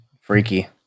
Freaky